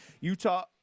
Utah